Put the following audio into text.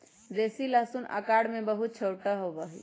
देसी लहसुन आकार में बहुत छोटा होबा हई